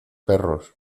perros